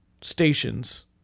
stations